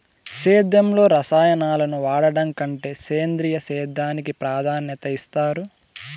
సేద్యంలో రసాయనాలను వాడడం కంటే సేంద్రియ సేద్యానికి ప్రాధాన్యత ఇస్తారు